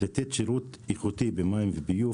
לתת שירות איכותי במים וביוב,